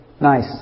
nice